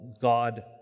God